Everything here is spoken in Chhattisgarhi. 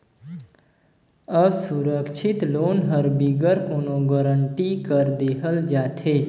असुरक्छित लोन हर बिगर कोनो गरंटी कर देहल जाथे